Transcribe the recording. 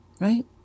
Right